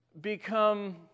become